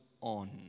on